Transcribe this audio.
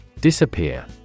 Disappear